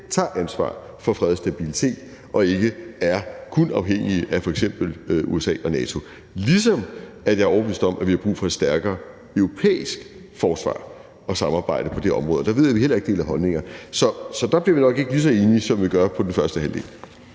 tager ansvar for fred og stabilitet og ikke kun er afhængige af f.eks. USA og NATO, ligesom jeg er overbevist om, at vi har brug for et stærkere europæisk forsvar og samarbejde på det område. Der ved jeg, vi heller ikke deler holdninger, så der bliver vi nok ikke lige så enige, som vi gør om den første halvdel.